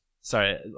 sorry